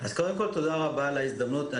תודה רבה על ההזדמנות.